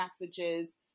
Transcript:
messages